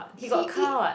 he eat